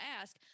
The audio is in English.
ask